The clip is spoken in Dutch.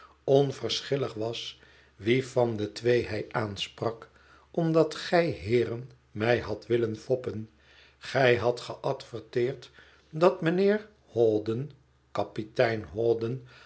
onverschillig was wien van de twee hij aansprak omdat gij heeren mij hadt willen foppen gij hadt geadverteerd dat mijnheer hawdon kapitein